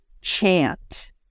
chant